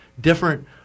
different